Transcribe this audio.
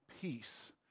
peace